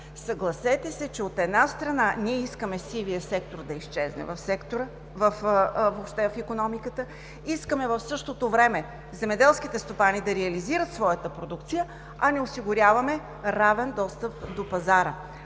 Съгласете се, че, от една страна, искаме сивият сектор да изчезне въобще в икономиката, искаме в същото време земеделските стопани да реализират своята продукция, а не осигуряваме равен достъп до пазара.